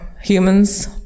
humans